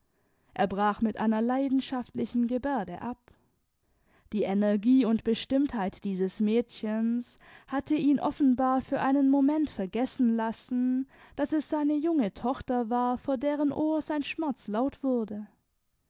er brach mit einer leidenschaftlichen gebärde ab die energie und bestimmtheit dieses mädchens hatte ihn offenbar für einen moment vergessen lassen daß es seine junge tochter war vor deren ohr sein schmerz laut wurde